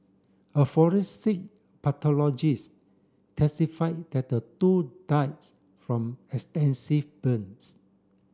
a forensic pathologist testified that the two dies from extensive burns